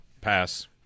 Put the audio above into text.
pass